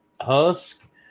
husk